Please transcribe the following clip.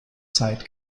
zeit